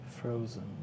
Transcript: frozen